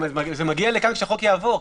זה מגיע לכאן כשהחוק יעבור.